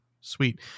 Sweet